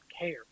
care